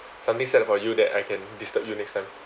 something sad about you that I can disturb you next time